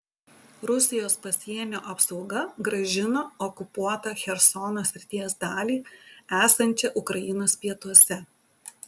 rusijos pasienio apsauga grąžino okupuotą chersono srities dalį esančią ukrainos pietuose